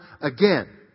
again